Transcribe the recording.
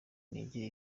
intege